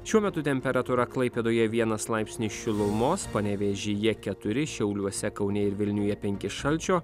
šiuo metu temperatūra klaipėdoje vienas laipsnis šilumos panevėžyje keturi šiauliuose kaune ir vilniuje penki šalčio